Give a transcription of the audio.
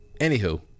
Anywho